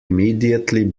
immediately